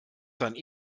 sein